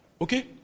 Okay